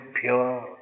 pure